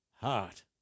heart